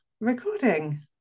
recording